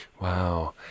Wow